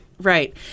right